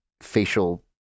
facial